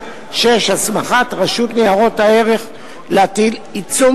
6. הסמכת רשות ניירות ערך להטיל עיצום